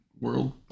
world